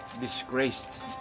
disgraced